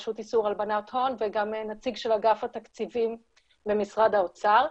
רשות איסור הלבנת הון וגם נציג של אגף התקציבים במשרד האוצר.